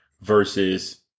versus